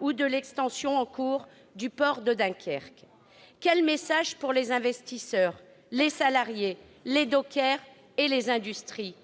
ou de l'extension en cours du port de Dunkerque. Quel message pour les investisseurs, les salariés, les dockers et les industries !